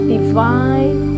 Divine